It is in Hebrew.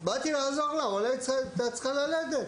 באתי לעזור לה, אולי היא הייתה צריכה ללדת?